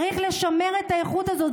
צריך לשמר את האיכות הזאת.